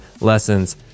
lessons